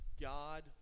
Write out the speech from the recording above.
God